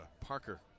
Parker